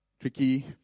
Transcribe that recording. tricky